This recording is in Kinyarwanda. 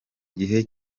gihe